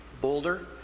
Boulder